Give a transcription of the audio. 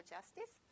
Justice